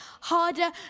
harder